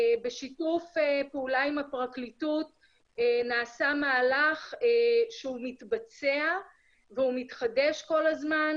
בשיתוף פעולה עם הפרקליטות נעשה מהלך שהוא מתבצע והוא מתחדש כל הזמן,